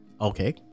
Okay